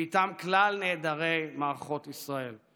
ואיתם כלל נעדרי מערכות ישראל.